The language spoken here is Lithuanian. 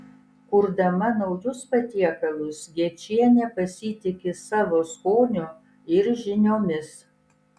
kurdama naujus patiekalus gečienė pasitiki savo skoniu ir žiniomis